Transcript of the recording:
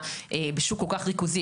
בשוק כל כך ריכוזי,